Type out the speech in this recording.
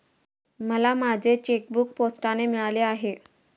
मला माझे चेकबूक पोस्टाने मिळाले आहे